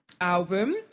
album